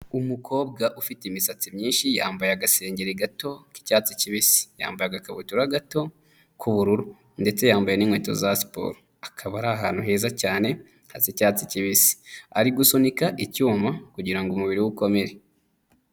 Umukobwa ufite imisatsi myinshi, yambaye agasenge gato k'icyatsi kibisi. Yambaye agakabutura gato k'ubururu ndetse yambaye n'inkweto za siporo. Akaba ari ahantu heza cyane, hasa icyatsi kibisi. Ari gusunika icyuma, kugira ngo umubiri we ukomere.